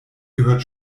gehört